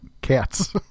Cats